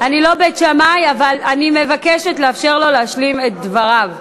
אבל אני מבקשת לתת לו להשלים את דבריו.